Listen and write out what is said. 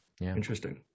interesting